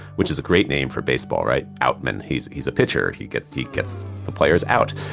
which is a great name for baseball right? outman, he's he's a pitcher, he gets he gets the players out,